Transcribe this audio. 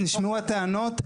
נשמעו הטענות.